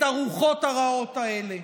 את הרוחות הרעות האלה.